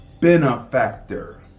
benefactor